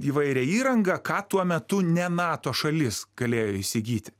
įvairią įrangą ką tuo metu ne nato šalis galėjo įsigyti